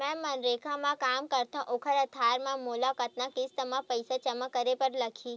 मैं मनरेगा म काम करथव, ओखर आधार म मोला कतना किस्त म पईसा जमा करे बर लगही?